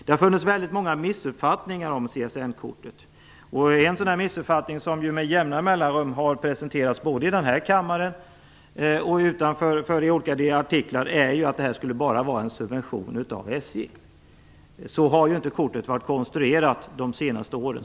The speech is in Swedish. Det har funnits väldigt många missuppfattningar om CSN-kortet. En sådan missuppfattning som med jämna mellanrum har presenterats både här i kammaren och utanför i olika artiklar är att detta bara skulle vara en subvention av SJ. Så har inte kortet varit konstruerat de senaste åren.